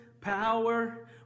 power